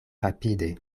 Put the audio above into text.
rapide